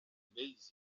vells